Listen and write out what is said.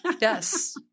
yes